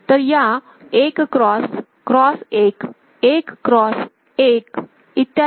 तर 1 cross cross 1 1 cross 1 इत्यादी